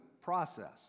process